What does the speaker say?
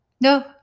no